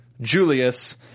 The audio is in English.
Julius